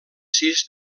sis